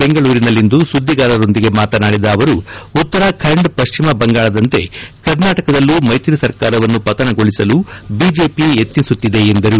ಬೆಂಗಳೂರಿನಲ್ಲಿಂದು ಸುದ್ದಿಗಾರರೊಂದಿಗೆ ಮಾತನಾಡಿದ ಅವರು ಉತ್ತರಾ ಖಂಡ್ ಪಶ್ಚಿಮ ಬಂಗಾಳದಂತೆ ಕರ್ನಾಟಕದಲ್ಲೂ ಮೈತ್ರಿ ಸರ್ಕಾರವನ್ನು ಪತನಗೊಳಿಸಲು ಬಿಜೆಪಿ ಯತ್ನಿಸುತ್ತಿದೆ ಎಂದರು